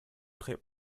trägt